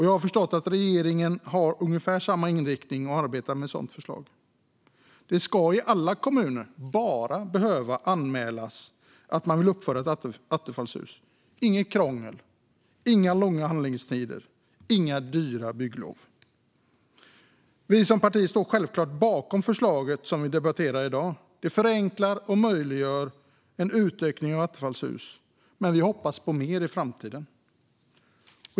Jag har förstått att regeringen har ungefär samma inriktning och arbetar med ett sådant förslag. Det ska i alla kommuner bara behöva anmälas att man vill uppföra ett attefallshus. Inget krångel. Inga långa handläggningstider. Inga dyra bygglov. Vi som parti står självklart bakom det förslag som vi debatterar i dag. Det förenklar och möjliggör en utveckling av attefallshus, men vi hoppas på mer i framtiden.